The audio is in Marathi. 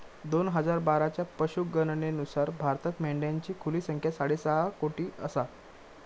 दोन हजार बाराच्या पशुगणनेनुसार भारतात मेंढ्यांची खुली संख्या साडेसहा कोटी आसा